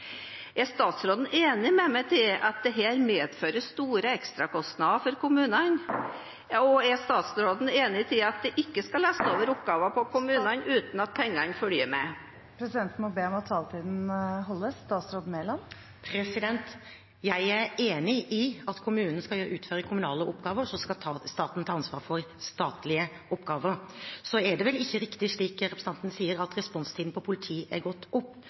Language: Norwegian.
Er statsråden enig med meg i at dette medfører store ekstrakostnader for kommunene , og er statsråden enig i at det ikke skal lesses flere oppgaver over på kommunene uten at pengene følger med? Presidenten må be om at taletiden overholdes. Jeg er enig i at kommunene skal utføre kommunale oppgaver, så skal staten ta ansvar for statlige oppgaver. Så er det vel ikke riktig slik representanten sier, at responstiden for politiet er gått opp.